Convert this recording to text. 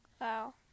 Wow